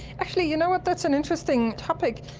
actually, you know what, that's an interesting topic.